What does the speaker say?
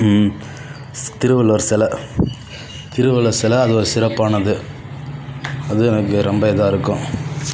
திருவள்ளுவர் சில திருவள்ளுவர் சில அது ஒரு சிறப்பானது அது எனக்கு ரொம்ப இதாக இருக்கும்